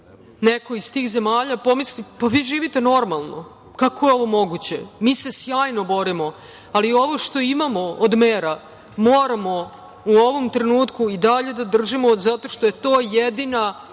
neko iz tih zemalja, pomisli pa vi živite normalno, kako je ovo moguće? Mi se sjajno borimo, ali ovo što imamo od mera, moramo u ovom trenutku i dalje da držimo, zato što je to jedina